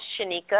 Shanika